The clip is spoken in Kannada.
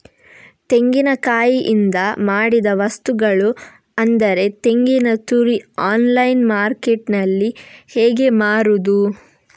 ತೆಂಗಿನಕಾಯಿಯಿಂದ ಮಾಡಿದ ವಸ್ತುಗಳು ಅಂದರೆ ತೆಂಗಿನತುರಿ ಆನ್ಲೈನ್ ಮಾರ್ಕೆಟ್ಟಿನಲ್ಲಿ ಹೇಗೆ ಮಾರುದು?